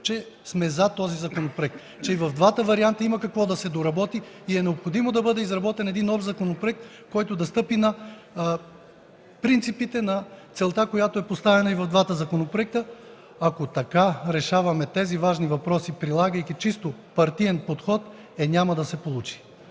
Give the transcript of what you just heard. че сме „за” този законопроект, че и в двата варианта има какво да се доработи и е необходимо да бъде изработен един нов законопроект, който да стъпи на принципите, на целта, която е поставена и в двата законопроекта. Ако така решаваме тези важни въпроси, прилагайки чисто партиен подход, е – няма да се получи!